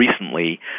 recently